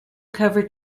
cover